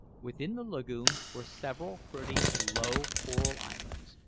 within the lagoon were several pretty, low coral islands,